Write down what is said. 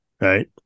Right